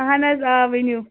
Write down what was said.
اَہَن حظ آ ؤنِو